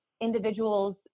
individuals